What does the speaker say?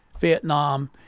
Vietnam